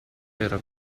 era